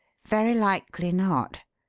very likely not.